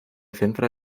centra